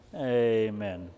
Amen